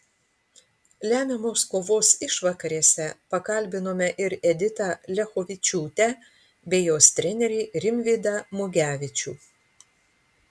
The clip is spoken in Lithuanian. lemiamos kovos išvakarėse pakalbinome ir editą liachovičiūtę bei jos trenerį rimvydą mugevičių